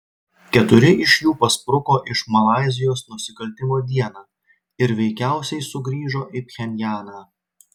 keturi iš jų paspruko iš malaizijos nusikaltimo dieną ir veikiausiai sugrįžo į pchenjaną